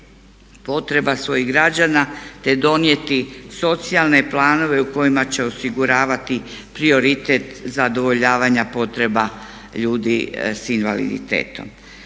potreba svojih građana te donijeti socijalne planove u kojima će osiguravati prioritet zadovoljavanja potreba ljudi s invaliditetom.